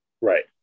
Right